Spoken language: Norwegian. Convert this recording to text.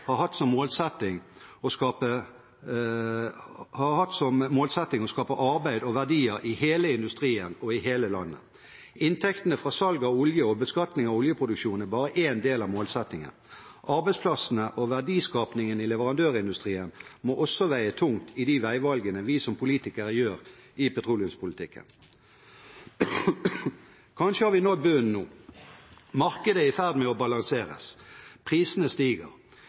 har hatt som målsetting å skape arbeid og verdier i hele industrien og i hele landet. Inntektene fra salg av olje og beskatning av oljeproduksjon er bare en del av målsettingen. Arbeidsplassene og verdiskapingen i leverandørindustrien må også veie tungt i de veivalgene vi som politikere gjør i petroleumspolitikken. Kanskje har vi nådd bunnen nå. Markedet er i ferd med å balanseres. Prisene stiger.